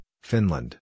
Finland